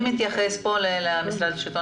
בו?